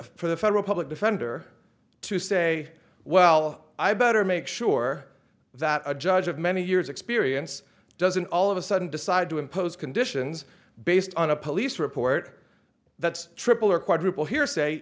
for the federal public defender to say well i better make sure that a judge of many years experience doesn't all of a sudden decide to impose conditions based on a police report that's triple or quadruple hearsay